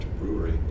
Brewery